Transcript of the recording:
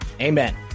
Amen